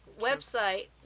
website